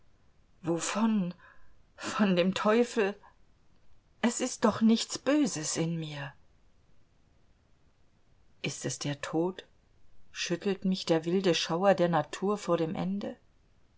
wovon von dem teufel es ist doch nichts böses in mir ist es der tod schüttelt mich der wilde schauder der natur vor dem ende